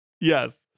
yes